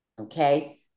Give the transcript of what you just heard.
okay